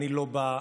אני לא בא,